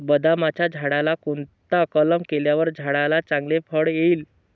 बदामाच्या झाडाला कोणता कलम केल्यावर झाडाला चांगले फळ येईल?